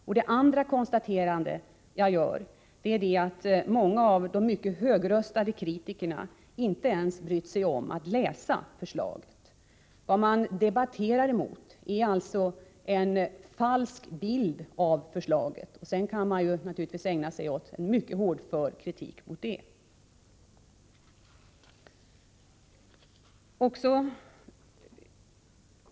Ett annat konstaterande som jag gör är att många av de mycket högröstade kritikerna inte ens brytt sig om att läsa förslaget. Vad de argumenterar emot är alltså en falsk bild av förslaget, och då kan de naturligtvis ägna sig åt en mycket hårdför kritik.